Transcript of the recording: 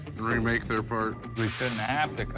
remake their part. we shouldn't